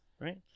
right